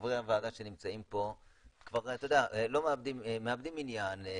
חברי הוועדה שנמצאים פה מאבדים עניין,